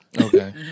Okay